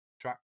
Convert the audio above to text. track